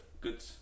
good